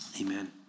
amen